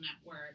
network